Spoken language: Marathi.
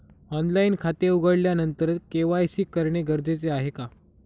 ऑनलाईन खाते उघडल्यानंतर के.वाय.सी करणे गरजेचे आहे का?